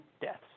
deaths